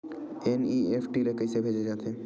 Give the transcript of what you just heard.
NEFT ले कइसे भेजे जाथे?